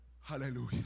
Hallelujah